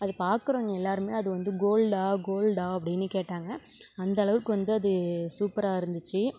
அதை பார்க்குறவங்க எல்லாருமே அது வந்து கோல்டா கோல்டா அப்படின்னு கேட்டாங்க அந்த அளவுக்கு வந்து அது சூப்பராக இருந்துச்சு